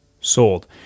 sold